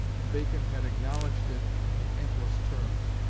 and bacon had acknowledged it in the amplest terms.